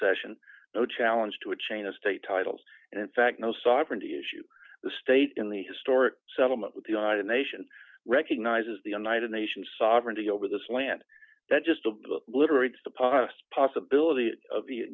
session no challenge to a chain of state titles and in fact no sovereignty issue the state in the historic settlement with the united nations recognizes the united nations sovereignty over this land that just literates the past possibility of